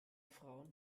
frauen